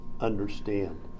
understand